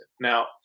Now